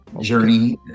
journey